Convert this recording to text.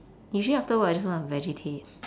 usually after work I just want to vegetate